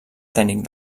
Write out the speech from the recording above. tècnic